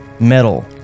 Metal